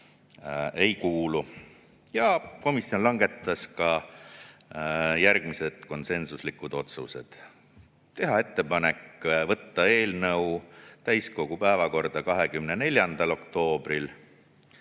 ei kuulu. Komisjon langetas ka järgmised konsensuslikud otsused. Teha ettepanek võtta eelnõu täiskogu päevakorda 24. oktoobril.